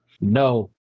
No